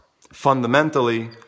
fundamentally